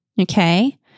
Okay